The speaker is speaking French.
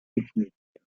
technique